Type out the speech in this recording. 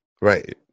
Right